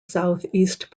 southeast